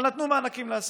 אבל נתנו מענקים לעסקים.